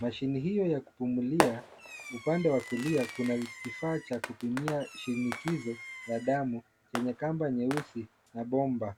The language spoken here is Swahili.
Mashine hiyo ya kupumulia upande wa kulia kuna kifaa cha kupimia shinikizo la damu chenye kamba nyeusi la bomba.